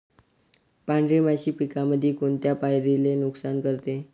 पांढरी माशी पिकामंदी कोनत्या पायरीले नुकसान करते?